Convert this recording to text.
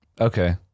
Okay